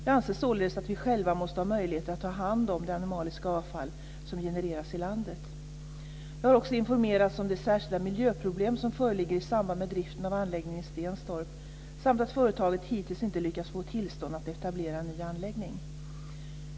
Jag anser således att vi själva måste ha möjligheter att ta hand om det animaliska avfall som genereras i landet. Jag har också informerats om de särskilda miljöproblem som föreligger i samband med driften av anläggningen i Stenstorp, samt att företaget hittills inte lyckats få tillstånd att etablera en ny anläggning.